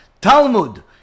Talmud